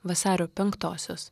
vasario penktosios